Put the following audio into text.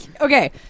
Okay